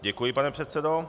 Děkuji, pane předsedo.